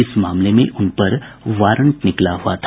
इस मामले में उनपर वारंट निकला हुआ था